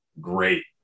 great